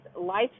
life